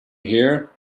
hear